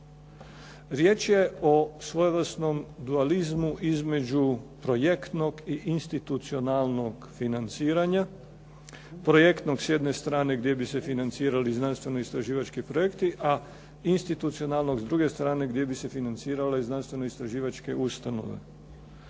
Riječ je o svojevrsnom dualizmu između projektnog i institucionalnog financiranja. Projektnog s jedne strane gdje bi se financirali znanstveno-istraživački projekti, a institucionalno s druge strane gdje bi se financirale i znanstveno-istraživačke ustanove.